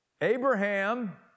Abraham